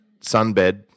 sunbed